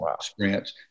sprints